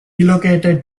relocated